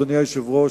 אדוני היושב-ראש,